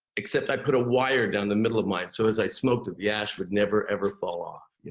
except i put a wire down the middle of mine, so as i smoked it, the ash would never, ever fall off, you